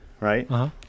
right